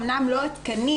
אומנם לא עדכני,